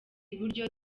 iburyo